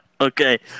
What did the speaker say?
Okay